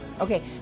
Okay